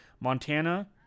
Montana